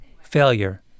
Failure